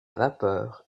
vapeur